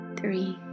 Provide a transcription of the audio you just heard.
three